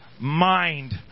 mind